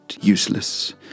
useless